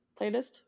playlist